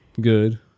good